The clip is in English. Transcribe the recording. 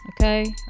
okay